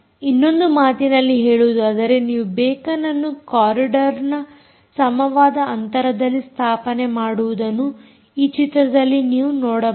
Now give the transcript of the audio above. ಇನ್ನೊಂದು ಮಾತಿನಲ್ಲಿ ಹೇಳುವುದಾದರೆ ನೀವು ಬೇಕಾನ್ ಅನ್ನು ಕಾರಿಡಾರ್ನ ಸಮವಾದ ಅಂತರದಲ್ಲಿ ಸ್ಥಾಪನೆ ಮಾಡುವುದನ್ನು ಈ ಚಿತ್ರದಲ್ಲಿ ನೀವು ನೋಡಬಹುದು